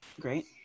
Great